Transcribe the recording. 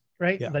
Right